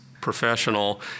professional